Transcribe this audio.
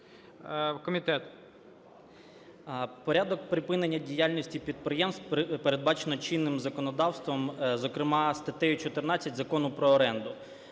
Комітет?